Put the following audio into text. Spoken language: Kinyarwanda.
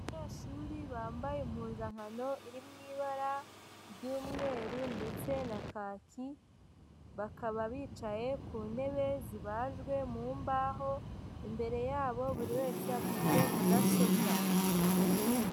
Abanyeshuri bambaye impuzankano iri mu ibara ry'umweru ndetse na kaki, bakaba bicaye ku ntebe zibajwe mu mbaho, imbere yabo buri wese afite mudasobwa.